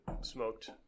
smoked